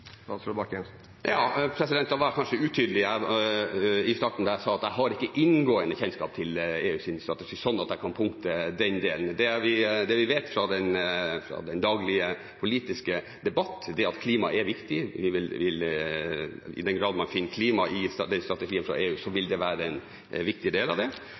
var kanskje utydelig i starten, da jeg sa at jeg ikke har så inngående kjennskap til EUs strategi at jeg kan knytte punkter til den delen. Det vi vet fra den daglige politiske debatt, er at klima er viktig. I den grad man finner klima i strategien fra EU, vil det være en viktig del av det.